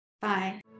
Bye